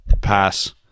Pass